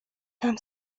tam